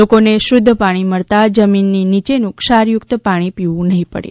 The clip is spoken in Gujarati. લોકોને શુદ્ધ પાણી મળતા જમીનની નીચેનું ક્ષારયુક્ત પાણી પીવું નહીં પડે